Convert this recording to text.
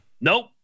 Nope